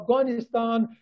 Afghanistan